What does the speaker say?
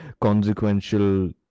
consequential